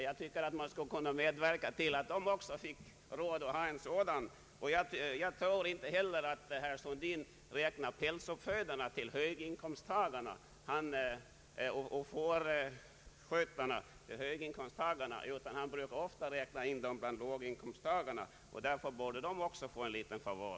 Jag tycker att man skulle kunna medverka till att dessa skulle ha råd att köpa en sådan. Jag tror inte heller att herr Sundin räknar fåruppfödarna och fårskötarna till höginkomsttagarna, utan han brukar också räkna dem bland låginkomsttagarna. Därför borde även de få en liten favör.